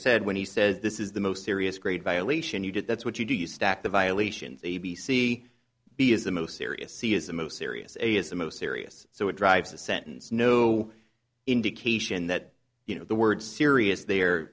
said when he says this is the most serious grade violation you get that's what you do you stack the violations a b c b is the most serious c is the most serious a as the most serious so it drives a sentence no indication that you know the word serious there